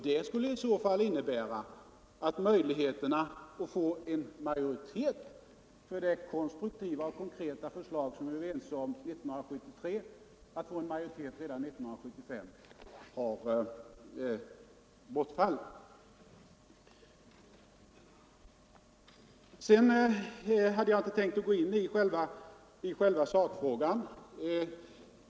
Det skulle i så fall betyda att möjligheterna att redan 1975 få en majoritet för det konstruktiva och konkreta förslag som vi var ense om 1973 har bortfallit. Jag hade inte tänkt gå in i själva sakfrågan.